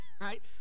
Right